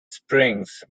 springs